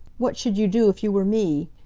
what should you do if you were me,